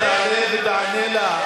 עוד מעט אתה תעלה ותענה לה.